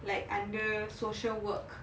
like under social work